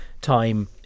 time